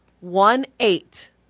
One-eight